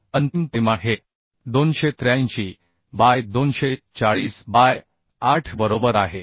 तर अंतिम परिमाण हे 283 बाय 240 बाय 8 बरोबर आहे